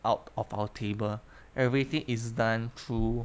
out of our table everything is done through